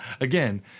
Again